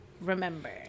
remember